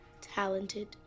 talented